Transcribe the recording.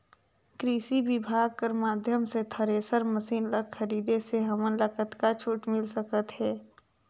कृषि विभाग कर माध्यम से थरेसर मशीन ला खरीदे से हमन ला कतका छूट मिल सकत हे?